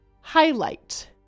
Highlight